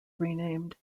renamed